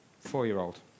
four-year-old